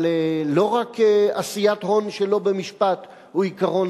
אבל לא רק עשיית הון שלא במשפט היא עיקרון